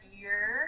year